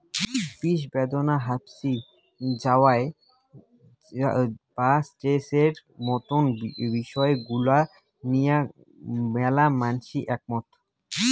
বিষব্যাদনা, হাপশি যাওয়া বা স্ট্রেসের মতন বিষয় গুলা নিয়া ম্যালা মানষি একমত